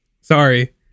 Sorry